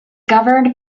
governed